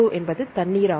என்பது தண்ணீர் ஆகும்